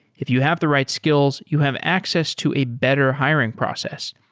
if you have the right skills, you have access to a better hiring process.